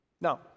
Now